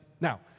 Now